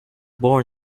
born